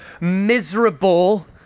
miserable